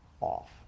off